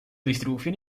distribución